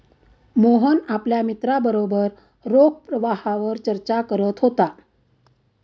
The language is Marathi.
मोहन आपल्या मित्रांबरोबर रोख प्रवाहावर चर्चा करत होता